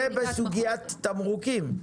זה בסוגיית תמרוקים.